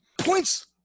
points